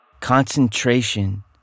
Concentration